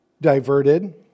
diverted